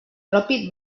propi